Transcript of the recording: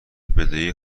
بدهی